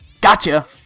Gotcha